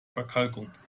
verkalkung